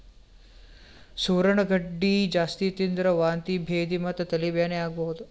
ಸೂರಣ ಗಡ್ಡಿ ಜಾಸ್ತಿ ತಿಂದ್ರ್ ವಾಂತಿ ಭೇದಿ ಮತ್ತ್ ತಲಿ ಬ್ಯಾನಿ ಆಗಬಹುದ್